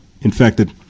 infected